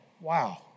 Wow